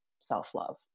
self-love